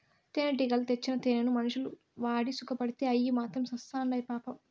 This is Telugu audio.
తేనెటీగలు తెచ్చిన తేనెను మనుషులు వాడి సుకపడితే అయ్యి మాత్రం సత్చాండాయి పాపం